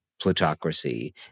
plutocracy